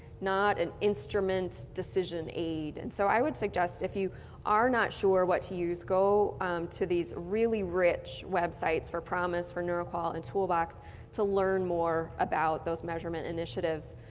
not an instrument decision aid. and so i would suggest if you are not sure what to use, go to these really rich websites for promis, for neuro-qol and toolbox to learn more about those measurement initiatives.